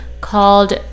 called